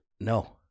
No